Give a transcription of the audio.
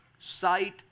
sight